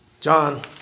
John